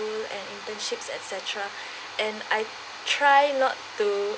and internships et cetera and I try not to